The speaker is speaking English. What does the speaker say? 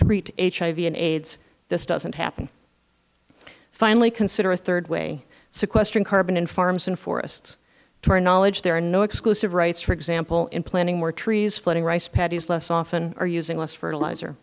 treat hiv and aids this doesn't happen finally consider a third way sequestering carbon in farms and forests to our knowledge there are no exclusive rights for example in planting more trees flooding rice patties less often or using less fertilizer